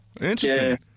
interesting